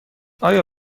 آیا